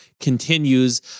continues